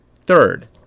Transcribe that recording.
Third